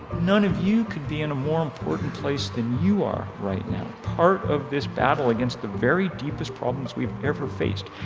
none of you could be in a more important place than you are right now. part of this battle against the very deepest problems we've ever faced,